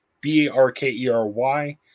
B-A-R-K-E-R-Y